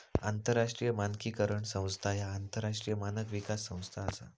आंतरराष्ट्रीय मानकीकरण संस्था ह्या आंतरराष्ट्रीय मानक विकास संस्था असा